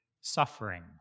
suffering